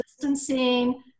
distancing